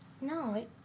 No